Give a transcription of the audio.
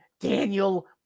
Daniel